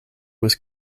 was